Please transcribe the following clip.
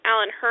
Alan